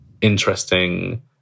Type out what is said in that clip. interesting